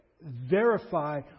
verify